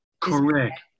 Correct